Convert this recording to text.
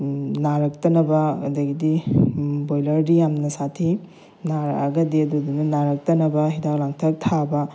ꯅꯥꯔꯛꯇꯅꯕ ꯑꯗꯒꯤꯗꯤ ꯕꯣꯏꯂꯔꯗꯤ ꯌꯥꯝꯅ ꯁꯥꯊꯤ ꯅꯥꯔꯛꯑꯒꯗꯤ ꯑꯗꯨꯗꯨꯅ ꯅꯥꯔꯛꯇꯅꯕ ꯍꯤꯗꯥꯛ ꯂꯥꯡꯊꯛ ꯊꯥꯕ